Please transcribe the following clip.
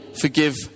forgive